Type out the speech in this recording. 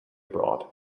abroad